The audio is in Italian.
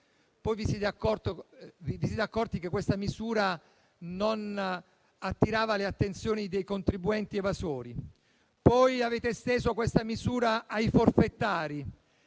poi vi siete accorti che questa misura non attirava le attenzioni dei contribuenti evasori, quindi l'avete estesa ai forfettari,